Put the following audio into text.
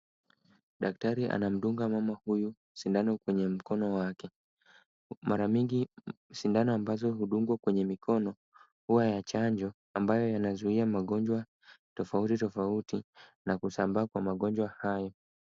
Daktari anamdunga mama huyu sindano kwenye mkono wake. Mara mingi sindano ambazo hudungwa kwenye mikono huwa ya chanjo, ambayo yanazuia magonjwa tofauti tofauti na kusambaa kwa magonjwa hayo.